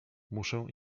muszę